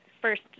first